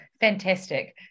Fantastic